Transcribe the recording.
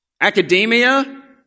Academia